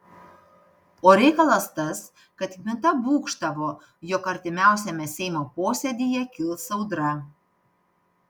o reikalas tas kad kmita būgštavo jog artimiausiame seimo posėdyje kils audra